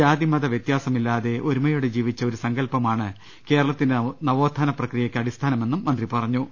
ജാതി മത വൃത്യാസമില്ലാതെ ഒരുമയോടെ ജീവിച്ച ഒരു സങ്കല്പമാണ് കേരളത്തിന്റെ നവോത്ഥാന പ്രക്രിയക്ക് അടിസ്ഥാനമെന്നും മന്ത്രി പറഞ്ഞു